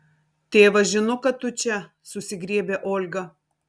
tėvas žino kad tu čia susigriebia olga